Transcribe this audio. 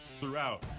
throughout